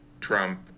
Trump